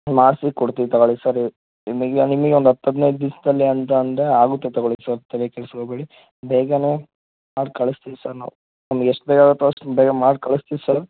ಮಾಡಿಸಿ ಕೊಡ್ತೀವಿ ತಗೊಳಿ ಸರ್ ನಿಮಗೆ ನಿಮಗೆ ಒಂದು ಹತ್ತು ಹದಿನೈದು ದಿವ್ಸದಲ್ಲಿ ಅಂತ ಅಂದರೆ ಆಗುತ್ತೆ ತೊಗೊಳಿ ಸರ್ ತಲೆ ಕೆಡಿಸ್ಕೋಬೇಡಿ ಬೇಗನೇ ಮಾಡಿ ಕಳ್ಸ್ತೀವಿ ಸರ್ ನಾವು ನಮಗೆ ಎಷ್ಟು ಬೇಗ ಆಗುತ್ತೋ ಅಷ್ಟು ಬೇಗ ಮಾಡಿ ಕಳಿಸ್ತೀವಿ ಸರ್